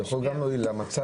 זה יכול גם להועיל למצב.